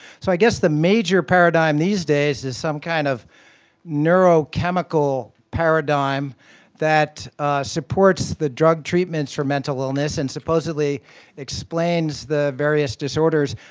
so i guess the major paradigm these days is some kind of neurochemical paradigm that supports the drug treatments for mental illness and supposedly explains the various disorders.